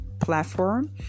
platform